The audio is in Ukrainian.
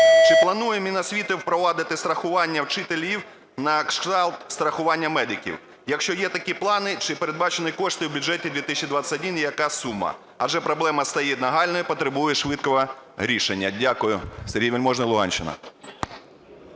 Чи планує Міносвіти впровадити страхування вчителів на кшталт страхування медиків? Якщо є такі плани, чи передбачені кошти в бюджеті 2021 і яка сума? Адже проблема стає нагальною і потребує швидкого рішення. Дякую. Сергій Вельможний, Луганщина.